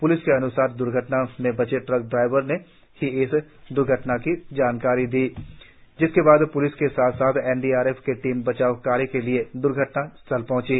police के अनुसार दुर्घटना में बचे ट्रक ड्राइवर ने ही दुर्घटना की सूचना दी जिसके बाद पुलिस के साथ साथ एन डी आर एफ की टीम बचाव कार्य के लिए दुर्घटना स्थल पहुंची